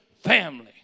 family